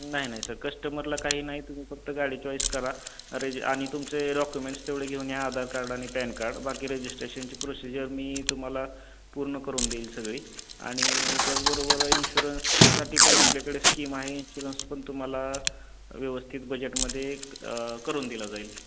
नाही नाही सर कस्टमरला काही नाही तुम्ही फक्त गाडी चॉईस करा रज आणि तुमचे डॉक्युमेंट्स तेवढे घेऊन या आधार कार्ड आणि पॅन कार्ड बाकी रजिस्ट्रेशनची प्रोसिजर मी तुमा्हाला पूर्ण करून देईल सगळी आणि त्याचबरोबर इन्शुरन्ससाठी पण आपल्याकडे स्कीम आहे इन्शुरन्स पण तुम्हाला व्यवस्थित बजेटमध्ये करून दिलं जाईल